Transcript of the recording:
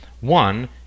One